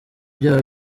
byaha